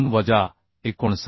2 वजा 59